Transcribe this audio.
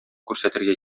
күрсәтергә